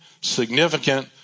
significant